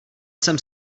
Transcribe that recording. jsem